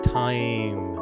time